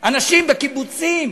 אנשים בקיבוצים,